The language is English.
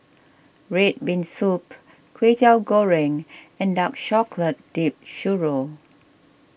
Red Bean Soup Kwetiau Goreng and Dark Chocolate Dipped Churro